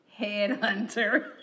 headhunter